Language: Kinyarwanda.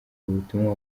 ubutumwa